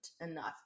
enough